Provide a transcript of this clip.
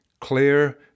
clear